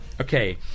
Okay